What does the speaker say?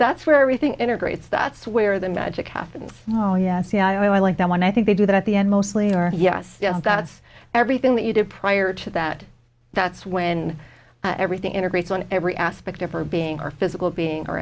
that's where everything integrates that's where the magic happens oh yeah see i like that one i think they do that at the end mostly are yes that's everything that you did prior to that that's when everything integrates on every aspect of her being her physical being